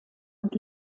und